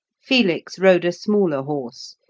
felix rode a smaller horse,